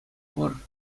пур